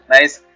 Nice